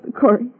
Corey